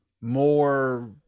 more